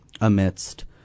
amidst